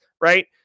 right